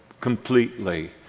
completely